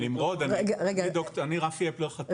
נמרוד, אני ד"ר רפי אפלר ח'טאב